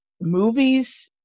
movies